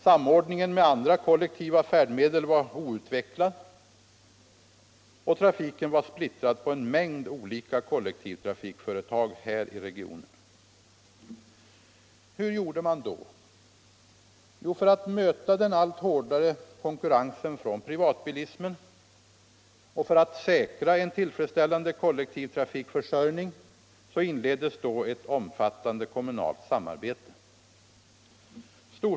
Samordningen med andra kollektiva färdmedel var outvecklad och trafiken var splittrad på en mängd olika kollektivtrafikföretag här i regionen. Hur gjorde man då? För att möta den allt hårdare konkurrensen från privatbilismen och för att säkra en tillfredsställande kollektivtrafikförsörjning inledde man ett omfattande kommunalt samarbete.